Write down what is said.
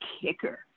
kicker